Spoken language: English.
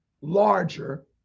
larger